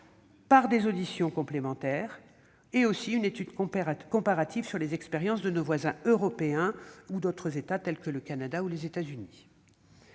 par des auditions complémentaires et une étude comparative des expériences de nos voisins européens ou d'autres États, tels le Canada ou encore les États-Unis.